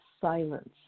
silence